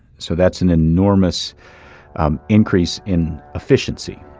so that's an enormous um increase in efficiency,